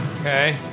Okay